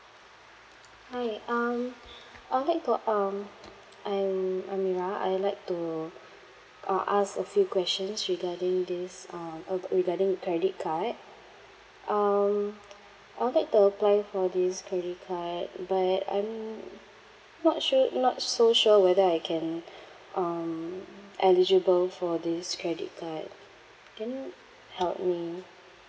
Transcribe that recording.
hi um I would like to um I'm amirah I like to uh ask a few questions regarding this uh um regarding credit card um I would like to apply for this credit card but I'm not sure not so sure whether I can um eligible for this credit card can you help me